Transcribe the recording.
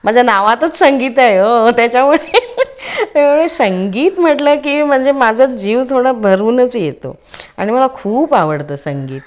माझ्या नावातच संगीत आहे ओ त्याच्यामुळे त्यामुळे संगीत म्हटलं की म्हणजे माझं जीव थोडा भरूनच येतो आणि मला खूप आवडतं संगीत